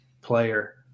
player